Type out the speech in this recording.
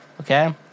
Okay